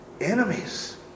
enemies